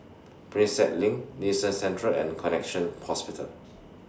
Prinsep LINK Nee Soon Central and Connexion Hospital